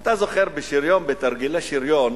אתה זוכר, בשריון, בתרגילי שריון